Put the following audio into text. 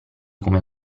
come